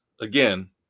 again